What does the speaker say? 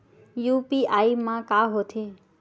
UPI मा का होथे?